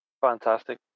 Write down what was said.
Fantastic